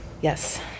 Yes